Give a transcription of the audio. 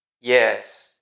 yes